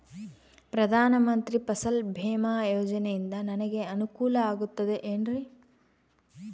ಪ್ರಧಾನ ಮಂತ್ರಿ ಫಸಲ್ ಭೇಮಾ ಯೋಜನೆಯಿಂದ ನನಗೆ ಅನುಕೂಲ ಆಗುತ್ತದೆ ಎನ್ರಿ?